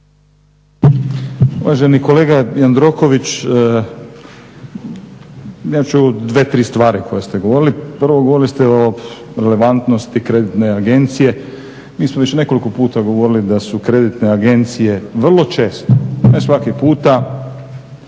Uvaženi kolega Jandroković ja ću 2, 3 stvari koje ste govorili. Prvo, govorili ste o relevantnosti kreditne agencije. Mi smo već nekoliko puta govorili da su kreditne agencije vrlo često, ne svaki puta,